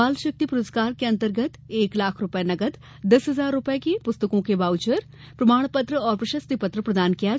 बाल शक्ति पुरस्कार के अंतर्गत एक लाख रुपए नकद दस हजार रुपए के पुस्तकों के वाउचर प्रमाण पत्र और प्रशस्ति पत्र प्रदान किया जाता है